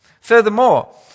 Furthermore